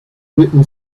written